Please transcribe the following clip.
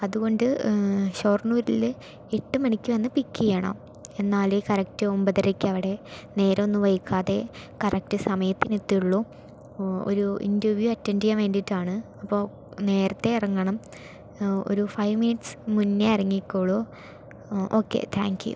അതുകൊണ്ട് ഷൊർണ്ണൂരിൽ എട്ടു മണിക്ക് വന്ന് പിക്ക് ചെയ്യണം എന്നാലെ കറക്ട് ഒമ്പതരയ്ക്ക് അവിടെ നേരമൊന്നും വൈകാതെ കറക്ട് സമയത്തിന് എത്തുകയുള്ളൂ ഓ ഒരു ഇൻ്റർവ്യൂ അറ്റൻ്റ് ചെയ്യാൻ വേണ്ടിയിട്ടാണ് അപ്പോൾ നേരത്തെ ഇറങ്ങണം ഒരു ഫൈവ് മിനിറ്റ്സ് മുന്നേ ഇറങ്ങിക്കോളു ഓക്കെ താങ്ക് യു